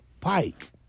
pike